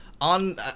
on